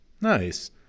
Nice